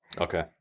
okay